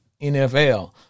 NFL